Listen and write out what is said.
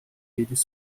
íris